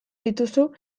dituzu